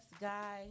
guy